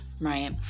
right